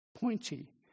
pointy